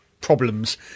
problems